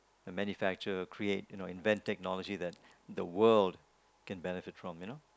and manufacture create you know invent technology that the world can benefit from you know